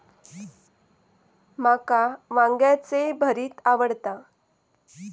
माका वांग्याचे भरीत आवडता